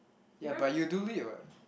ya but you do it [what]